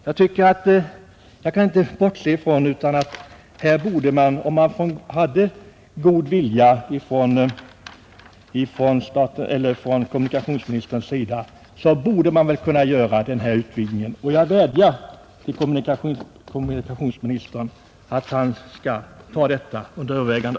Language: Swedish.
Jag kan inte finna annat än att kommunikationsministern, om han har god vilja, kan göra denna utvidgning, och jag vädjar till kommunikationsministern att han skall ta.detta under övervägande.